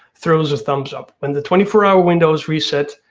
throws a thumbs up, when the twenty four hour window is reset,